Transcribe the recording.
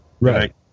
Right